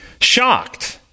Shocked